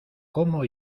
cómo